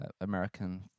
american